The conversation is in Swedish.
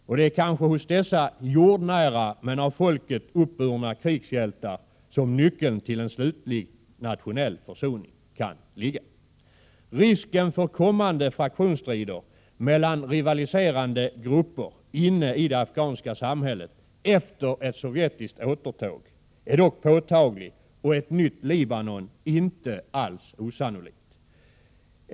Och det är kanske hos dessa jordnära men av folket uppburna krigshjältar som nyckeln till en slutlig nationell försoning kan ligga. Risken för kommande fraktionsstrider mellan rivaliserande grupper inne i det afghanska samhället efter ett sovjetiskt återtåg är dock påtaglig och ett nytt Libanon inte alls osannolikt.